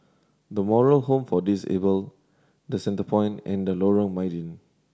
The Moral Home for Disabled The Centrepoint and Lorong Mydin